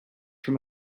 from